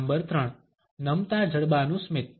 number 3 નમતા જડબાનું સ્મિત